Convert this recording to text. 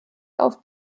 auf